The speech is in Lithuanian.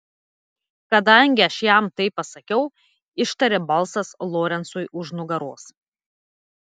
kadangi aš jam tai pasakiau ištarė balsas lorencui už nugaros